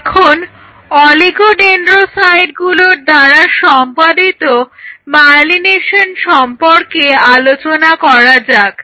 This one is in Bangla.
এখন অলিগোডেন্ড্রোসাইটগুলোর দ্বারা সম্পাদিত মায়েলিনেশন সম্পর্কে আলোচনা করা যাক